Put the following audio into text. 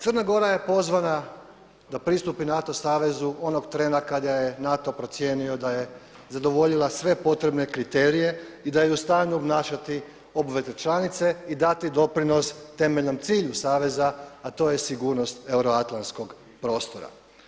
Crna Gora je pozvana da pristupi NATO savezu onog trena kada je NATO procijenio da je zadovoljila sve potrebne kriterije i da je u stanju obnašati obveze članice i dati doprinos temeljnom cilju saveza a to je sigurnost euroatlantskog prostora.